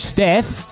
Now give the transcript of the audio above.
Steph